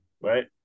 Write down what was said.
right